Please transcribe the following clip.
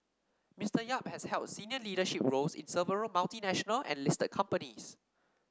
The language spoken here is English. Mister Yap has held senior leadership roles in several multinational and listed companies